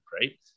right